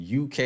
UK